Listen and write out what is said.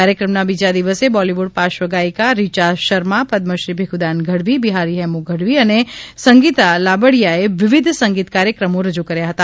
કાર્ય ક્રમના બીજા દિવસે બોલીવુડ પાશ્વ ગાયિકા રીયા શર્મા પદ્મશ્રી ભિખુદાન ગઢવી બિહારી હેમુ ગઢવી અને સંગીતા લાબડીયાએ વિવિધ સંગીત કાર્યક્રમો રજૂ કર્યા હતા